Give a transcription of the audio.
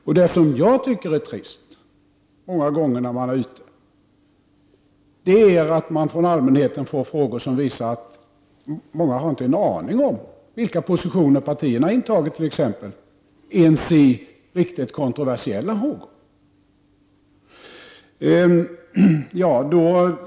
Jag tycker att det är trist att man många gånger när man är ute från allmänheten får frågor som visar att många inte har en aning om t.ex. vilka positioner partierna har intagit ens i riktigt kontroversiella frågor.